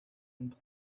and